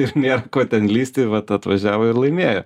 ir nėra ko ten lįsti vat atvažiavo ir laimėjo